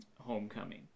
homecoming